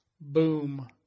boom